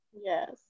Yes